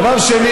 דבר שני,